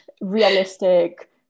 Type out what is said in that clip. realistic